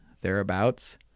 thereabouts